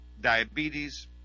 diabetes